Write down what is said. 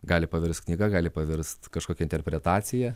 gali pavirst knyga gali pavirst kažkokia interpretacija